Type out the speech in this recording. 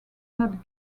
not